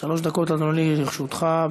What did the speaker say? שלוש דקות, אדוני, לרשותך.